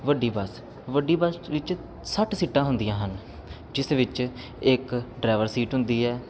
ਵੱਡੀ ਬੱਸ ਵੱਡੀ ਬੱਸ ਵਿੱਚ ਸੱਠ ਸੀਟਾਂ ਹੁੰਦੀਆਂ ਹਨ ਜਿਸ ਵਿੱਚ ਇੱਕ ਡਰਾਈਵਰ ਸੀਟ ਹੁੰਦੀ ਹੈ